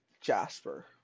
Jasper